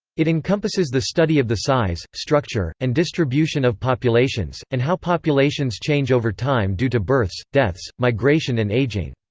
it encompasses the study of the size, structure, and distribution of populations, and how populations change over time due to births, deaths, migration and aging.